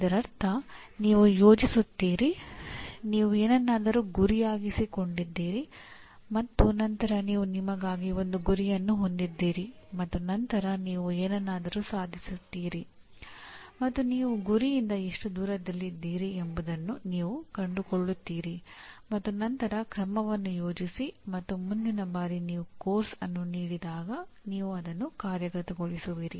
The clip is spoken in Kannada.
ಇದರರ್ಥ ನೀವು ಯೋಜಿಸುತ್ತೀರಿ ನೀವು ಏನನ್ನಾದರೂ ಗುರಿಯಾಗಿಸಿಕೊಂಡಿದ್ದೀರಿ ಮತ್ತು ನಂತರ ನೀವು ನಿಮಗಾಗಿ ಒಂದು ಗುರಿಯನ್ನು ಹೊಂದಿದ್ದೀರಿ ಮತ್ತು ನಂತರ ನೀವು ಏನನ್ನಾದರೂ ಸಾಧಿಸುತ್ತೀರಿ ಮತ್ತು ನೀವು ಗುರಿಯಿಂದ ಎಷ್ಟು ದೂರದಲ್ಲಿದ್ದೀರಿ ಎಂಬುದನ್ನು ನೀವು ಕಂಡುಕೊಳ್ಳುತ್ತೀರಿ ಮತ್ತು ನಂತರ ಕ್ರಮವನ್ನು ಯೋಜಿಸಿ ಮತ್ತು ಮುಂದಿನ ಬಾರಿ ನೀವು ಪಠ್ಯಕ್ರಮವನ್ನು ನೀಡಿದಾಗ ನೀವು ಅದನ್ನು ಕಾರ್ಯಗತಗೊಳಿಸುವಿರಿ